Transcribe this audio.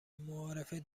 معارف